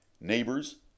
Neighbors